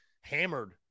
hammered